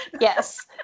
Yes